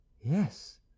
yes